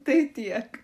tai tiek